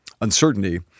uncertainty